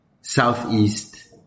Southeast